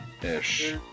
ish